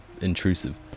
intrusive